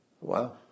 Wow